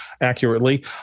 accurately